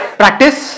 practice